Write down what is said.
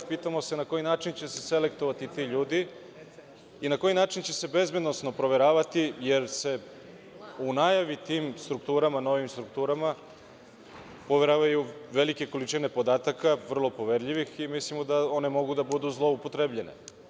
Pitamo se na koji način će se selektovati ti ljudi i na koji način će se bezbednosno proveravati, jer se u najavi tim novim strukturama poveravaju velike količine podataka, vrlo poverljivih i mislimo da one mogu da budu zloupotrebljene.